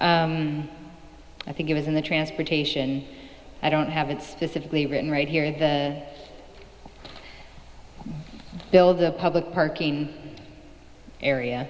in i think it was in the transportation i don't have it specifically written right here in the bill the public parking area